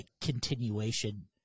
continuation